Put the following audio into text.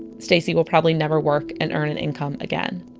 stacie will probably never work and earn an income again